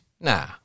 Nah